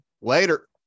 Later